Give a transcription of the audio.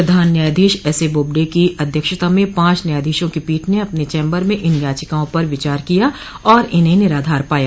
प्रधान न्यायाधीश एसए बोबड़े की अध्यक्षता में पांच न्यायाधीशों की पीठ ने अपने चम्बर में इन याचिकाओं पर विचार किया और इन्हें निराधार पाया